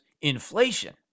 inflation